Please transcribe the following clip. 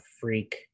freak